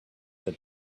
that